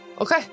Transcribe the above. Okay